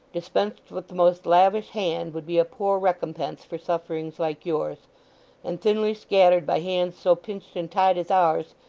dispensed with the most lavish hand, would be a poor recompense for sufferings like yours and thinly scattered by hands so pinched and tied as ours,